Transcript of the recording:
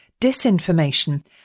disinformation